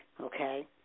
okay